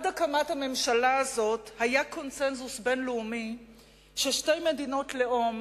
עד הקמת הממשלה הזאת היה קונסנזוס בין-לאומי ששתי מדינות לאום